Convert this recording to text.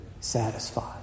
satisfied